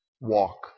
walk